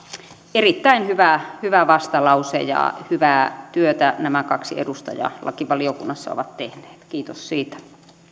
erittäin hyvä vastalause ja hyvää työtä nämä kaksi edustajaa lakivaliokunnassa ovat tehneet kiitos siitä